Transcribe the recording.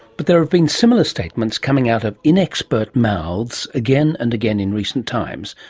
but there have been similar statements coming out of inexpert mouths again and again in recent times,